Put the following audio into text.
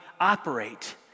operate